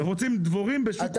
אנחנו רוצים דבורים בשוק חופשי.